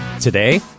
Today